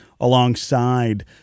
alongside